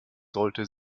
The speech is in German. sollte